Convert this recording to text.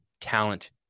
talent